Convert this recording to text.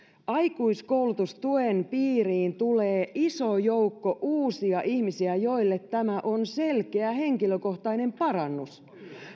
aikuiskoulutustuen piiriin tulee iso joukko uusia ihmisiä joille tämä on selkeä henkilökohtainen parannus